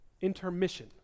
intermission